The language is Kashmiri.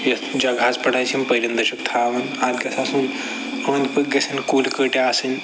یَتھ جگہَس پٮ۪ٹھ اَسہِ یِم پٔرِنٛدٕ چھِ تھاوٕنۍ اَتھ گژھِ آسُن اوٚنٛد پوٚک گژھَن کُلۍ کٔٹۍ آسٕنۍ